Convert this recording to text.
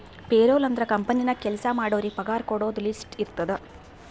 payroll ಅಂದುರ್ company ನಾಗ್ ಕೆಲ್ಸಾ ಮಾಡೋರಿಗ ಪಗಾರ ಕೊಡೋದು ಲಿಸ್ಟ್ ಇರ್ತುದ್